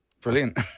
brilliant